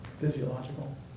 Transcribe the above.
physiological